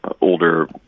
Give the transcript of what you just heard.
older